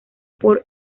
por